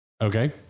Okay